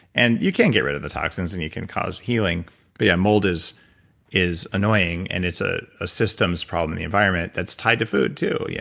and you can get rid of the toxins and you can cause healing but yeah, mold is is annoying and it's a systems problem in the environment that's tied to food too. yeah